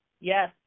Yes